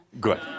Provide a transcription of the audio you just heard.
Good